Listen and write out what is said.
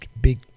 big